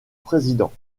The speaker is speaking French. président